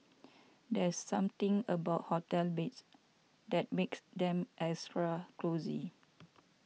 there's something about hotel beds that makes them extra cosy